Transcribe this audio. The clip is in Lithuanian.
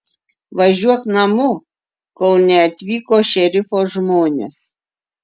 važiuok namo kol neatvyko šerifo žmonės